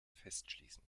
festschließen